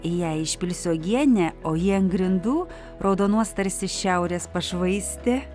jei išpilsiu uogienę o ji ant grindų raudonuos tarsi šiaurės pašvaistė